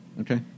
Okay